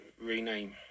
rename